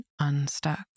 unstuck